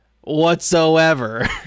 whatsoever